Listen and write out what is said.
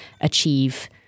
achieve